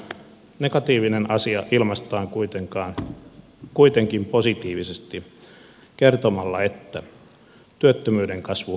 negatiivinen asia ilmaistaan kuitenkin positiivisesti kertomalla että työttömyyden kasvu hidastui